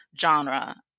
genre